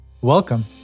Welcome